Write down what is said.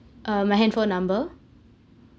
uh my handphone number